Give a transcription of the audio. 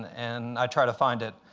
and i'd try to find it.